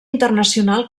internacional